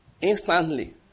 Instantly